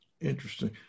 Interesting